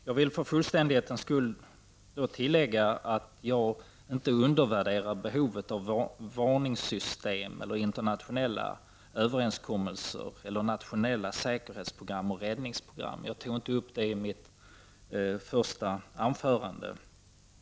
Herr talman! För fullständighetens skull vill jag tillägga att jag inte undervärderar behovet av varningssystem, internationella överenskommelser eller nationella säkerhetsoch räddningsprogram. Jag tog dock inte upp det i mitt första anförande.